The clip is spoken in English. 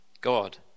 God